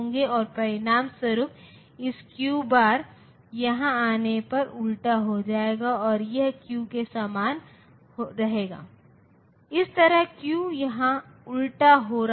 अब analogue signal के विपरीत जहां प्रकृति में मूल्य कंटीन्यूअस हैं डिजिटल प्रणाली में मूल्य डिस्क्रीट हैं